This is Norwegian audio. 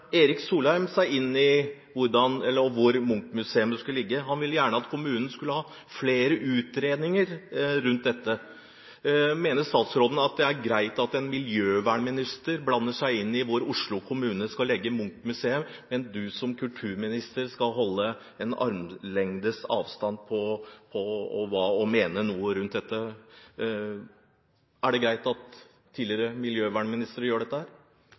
Erik Solheim seg inn i diskusjonen om hvor Munch-museet skulle ligge. Han ville gjerne at kommunen skulle ha flere utredninger om dette. Mener statsråden at det er greit at en miljøvernminister blander seg inn i hvor Oslo kommune skal legge Munch-museet og at hun som kulturminister skal holde en armlengdes avstand når det gjelder å mene noe om dette? Var det greit at den daværende miljøvernministeren gjorde dette?